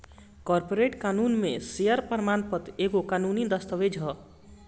corporate कानून में share प्रमाण पत्र एगो कानूनी दस्तावेज हअ